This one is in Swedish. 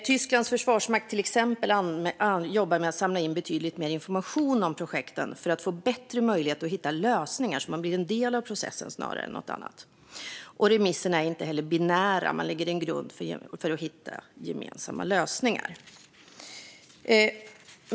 Tysklands försvarsmakt jobbar till exempel med att samla in betydligt mer information om projekten för att få bättre möjlighet att hitta lösningar så att man blir en del av processen snarare än något annat. Remisserna är inte heller binära. Man lägger en grund för att hitta gemensamma lösningar.